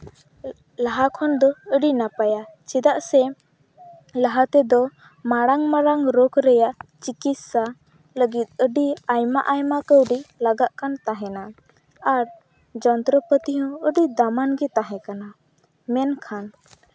ᱞᱟᱦᱟ ᱠᱷᱚᱱ ᱫᱚ ᱟᱹᱰᱤ ᱱᱟᱯᱟᱭᱟ ᱪᱮᱫᱟᱜ ᱥᱮ ᱞᱟᱦᱟ ᱛᱮᱫᱚ ᱢᱟᱨᱟᱝ ᱢᱟᱨᱟᱝ ᱨᱳᱜᱽ ᱨᱮᱭᱟᱜ ᱪᱤᱠᱤᱛᱥᱟ ᱞᱟᱹᱜᱤᱫ ᱟᱹᱰᱤ ᱟᱭᱢᱟ ᱟᱭᱢᱟ ᱠᱟᱹᱣᱰᱤ ᱞᱟᱜᱟᱜ ᱠᱟᱱ ᱛᱟᱦᱮᱱᱟ ᱟᱨ ᱡᱚᱱᱛᱚᱨᱚᱯᱟᱛᱤ ᱦᱚᱸ ᱟᱹᱰᱤ ᱫᱟᱢᱟᱱ ᱜᱮ ᱛᱟᱦᱮᱸ ᱠᱟᱱᱟ ᱢᱮᱱᱠᱷᱟᱱ